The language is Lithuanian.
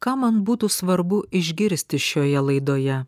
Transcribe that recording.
ką man būtų svarbu išgirsti šioje laidoje